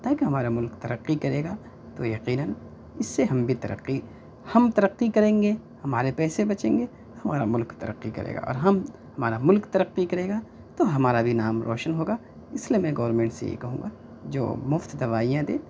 تاکہ ہمارا ملک ترقی کرے گا تو یقیناً اس سے ہم بھی ترقی ہم ترقی کریں گے ہمارے پیسے بچیں گے ہمارا ملک ترقی کرے گا اور ہم ہمارا ملک ترقی کرے گا تو ہمارا بھی نام روشن ہوگا اس لیے میں گورمینٹ سے یہ کہوں گا جو مفت دوائیاں دے